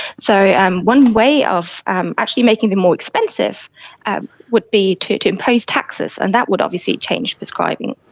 so um one way of um actually making them more expensive would be to to impose taxes, and that would obviously change prescribing.